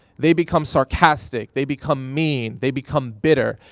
they become sarcastic. they become mean. they become bitter.